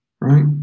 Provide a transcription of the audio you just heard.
Right